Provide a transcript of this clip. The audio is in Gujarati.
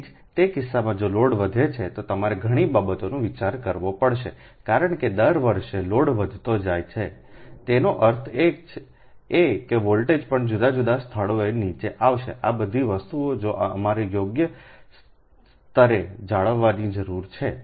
તેથી તે કિસ્સામાં જો લોડ વધે છે તમારે ઘણી બાબતોનો વિચાર કરવો પડશે કારણ કે દર વર્ષે લોડ વધતો જાય છેતેનો અર્થ એ કે વોલ્ટેજ પણ જુદા જુદા સ્થળોએ નીચે આવશે આ બધી વસ્તુઓ જે તમારે યોગ્ય સ્તરે જાળવવાની જરૂર છે